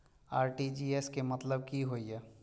RTGS के मतलब की होय ये?